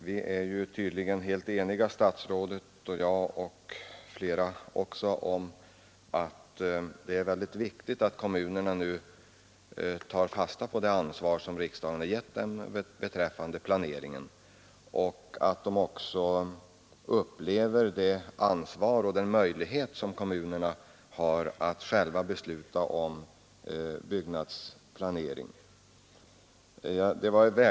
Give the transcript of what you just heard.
Herr talman! Statsrådet och jag — och flera andra också — är tydligen helt eniga om att det är viktigt att kommunerna tar fasta på det ansvar som riksdagen gett dem beträffande planeringen och även upplever det ansvar som ligger i den möjlighet de nu har att själva besluta om byggnadsplaneringen.